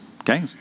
Okay